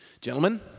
Gentlemen